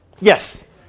Yes